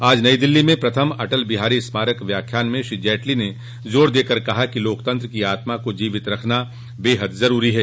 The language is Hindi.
आज नई दिल्ली में प्रथम अटल बिहारी स्मारक व्याख्यान में श्री जेटली ने जोर देकर कहा कि लोकतंत्र की आत्मा को जीवित रखना बेहद जरूरी है